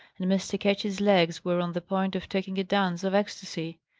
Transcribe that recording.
and mr. ketch's legs were on the point of taking a dance of ecstasy.